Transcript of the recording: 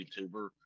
YouTuber